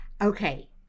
Okay